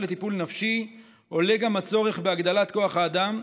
לטיפול נפשי עולה גם הצורך בהגדלת כוח האדם,